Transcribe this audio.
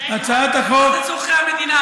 צורכי המדינה?